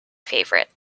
favourite